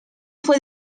fue